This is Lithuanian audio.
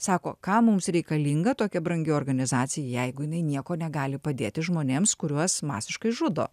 sako kam mums reikalinga tokia brangi organizacija jeigu jinai nieko negali padėti žmonėms kuriuos masiškai žudo